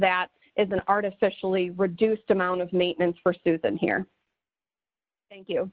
that is an artificially reduced amount of maintenance for susan here thank you